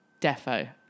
DefO